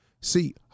See